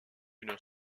une